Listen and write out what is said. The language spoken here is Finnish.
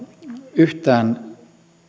yhtään